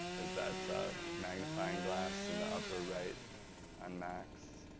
there's that magnifying glass in the upper-right on mac's,